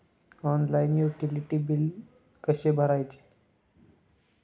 Online utility बिले कसे भरायचे?